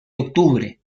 octubre